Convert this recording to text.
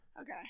okay